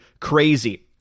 crazy